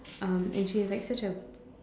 um and she has like such a